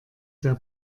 der